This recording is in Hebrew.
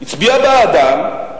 הצביעה בעדם,